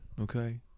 okay